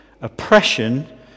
oppression